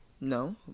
No